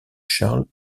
charles